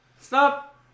Stop